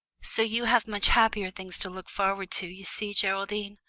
so you have much happier things to look forward to, you see, geraldine.